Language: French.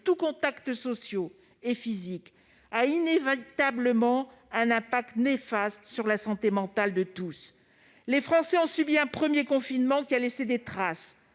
pas de les interdire, a inévitablement un impact néfaste sur la santé mentale de tous. Les Français ont subi un premier confinement qui a laissé des traces